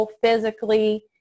Physically